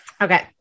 okay